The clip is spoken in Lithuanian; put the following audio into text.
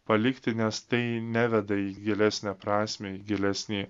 palikti nes tai neveda į gilesnę prasmę į gilesnį